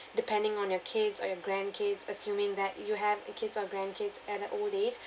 depending on your kids or your grand kids assuming that you have a kids or grand kids at a old age